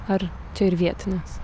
ar čia ir vietinės